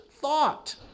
thought